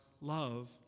love